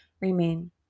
Remain